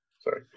Sorry